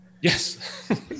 Yes